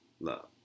Love